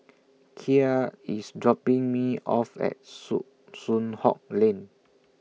Kya IS dropping Me off At Soo Soon Hock Lane